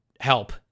help